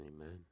Amen